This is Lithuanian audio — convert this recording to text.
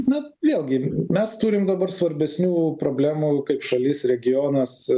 na vėlgi mes turim dabar svarbesnių problemų kaip šalis regionas